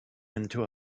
into